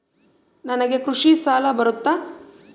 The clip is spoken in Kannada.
ನನಗೆ ಕೃಷಿ ಸಾಲ ಬರುತ್ತಾ?